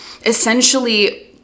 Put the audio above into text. essentially